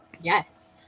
Yes